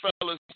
fellas